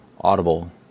audible